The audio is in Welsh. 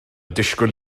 disgwyl